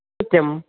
सत्यम्